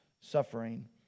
suffering